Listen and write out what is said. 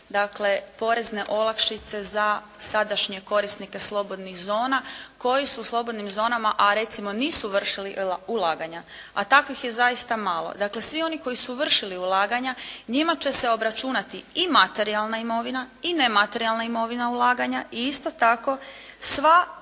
dakle porezne olakšice za sadašnje korisnike slobodnih zona koji su u slobodnim zonama a recimo nisu vršili ulaganja. A takvih je zaista malo. Dakle svi oni koji su vršili ulaganja njima će se obračunati i materijalna imovina i nematerijalna imovina ulaganja i isto tako sva